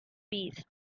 beasts